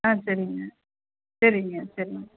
ஆ சரிங்க சரிங்க சரிங்க